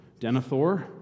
Denethor